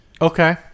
Okay